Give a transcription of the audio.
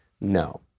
No